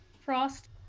Frost